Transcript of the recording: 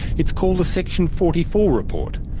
it's called a section forty four report,